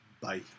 Bye